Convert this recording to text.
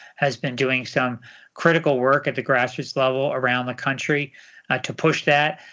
has been doing some critical work at the grassroots level around the country to push that.